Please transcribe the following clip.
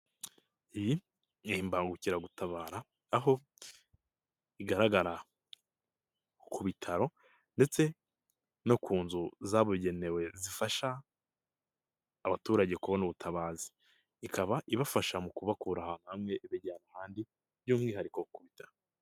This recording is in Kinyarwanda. Iyi ni imbangukiragutabara aho igaragara ku bitaro ndetse no ku nzu zabugenewe zifasha abaturage kubona ubutabazi, ikaba ibafasha mu kubakura ahantu hamwe ibajyana ahandi by'umwihariko ku bitaro.